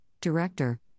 director